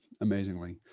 amazingly